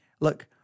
look